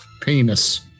Penis